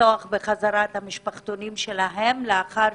לפתוח בחזרה את המשפחתונים שלהן לאחר